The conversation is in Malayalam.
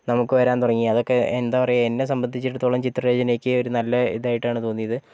നമുക്ക് വരാൻ തുടങ്ങി അതൊക്കെ എന്താ പറയാ എന്നെ സംബന്ധിച്ചിടത്തോളം ചിത്രരചനയ്ക്ക് ഒരു നല്ല ഇതായിട്ടാണ് തോന്നിയത്